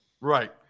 Right